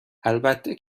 البته